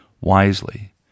wisely